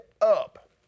up